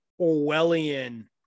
Orwellian